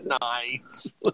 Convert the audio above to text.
Nice